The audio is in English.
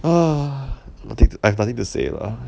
I've I've nothing to say lah